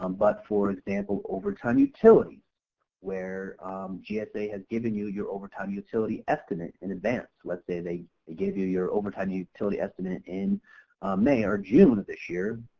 um but for example overtime utility so where gsa has given you you overtime utility estimate in advance, let's say they gave you your overtime utility estimate in may or june of this year.